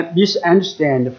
misunderstand